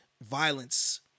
violence